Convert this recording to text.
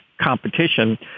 competition